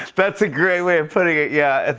that's a great way of putting it, yeah.